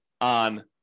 on